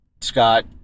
Scott